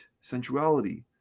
sensuality